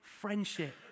friendship